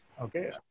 Okay